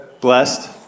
Blessed